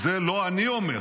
את זה לא אני אומר,